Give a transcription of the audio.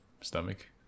stomach